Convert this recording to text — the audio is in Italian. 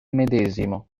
medesimo